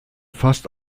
fast